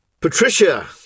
Patricia